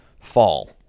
fall